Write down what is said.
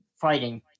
fighting